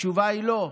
התשובה היא לא,